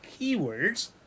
keywords